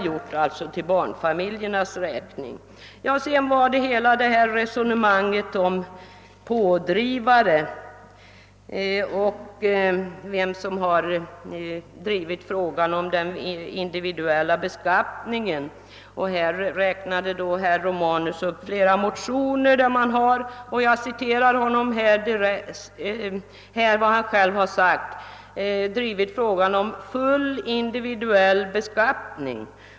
När det gällde frågan om vilka som har varit pådrivare i fråga om den individuella beskattningen så räknade herr Romanus upp flera av folkpartiets motioner. Han sade bl.a. att man drivit frågan om fullt genomförd individuell beskattning.